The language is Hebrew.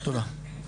תודה.